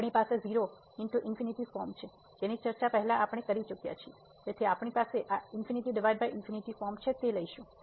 તેથી આપણી પાસે 0 ×∞ ફોર્મ છે જેની ચર્ચા પહેલા આપણે કરી ચુક્યાં છીએ તેથી આપણે આ ∞∞ ફોર્મ લઈશું